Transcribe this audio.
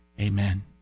Amen